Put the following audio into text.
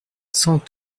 cent